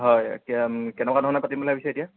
হয় কেনেকুৱা ধৰণে পাতিম বুলি ভাবিছে এতিয়া